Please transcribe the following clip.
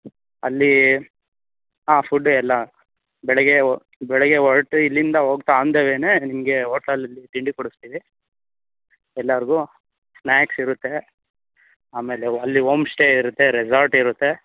ಅಲ್ಲಿ ಹಾಂ ಫುಡ್ಡು ಎಲ್ಲ ಬೆಳಿಗ್ಗೆ ಓ ಬೆಳಿಗ್ಗೆ ಹೊರ್ಟು ಇಲ್ಲಿಂದ ಹೋಗ್ತಾ ಆನ್ ದ ವೇನೇ ನಿಮಗೆ ಹೋಟಲಲ್ಲಿ ತಿಂಡಿ ಕೊಡಿಸ್ತೀವಿ ಎಲ್ಲರಿಗು ಸ್ನ್ಯಾಕ್ಸ್ ಇರುತ್ತೆ ಆಮೇಲೆ ಅಲ್ಲಿ ಓಮ್ಸ್ಟೇ ಇರುತ್ತೆ ರೆಸಾರ್ಟ್ ಇರುತ್ತೆ